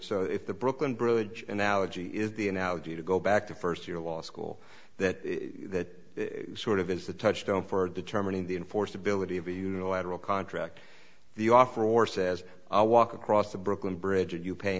so if the brooklyn bridge analogy is the analogy to go back to first year law school that that sort of is the touchstone for determining the enforceability of a unilateral contract the offer or says i walk across the brooklyn bridge and you pay